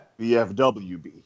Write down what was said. BFWB